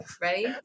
Ready